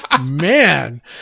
man